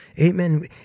Amen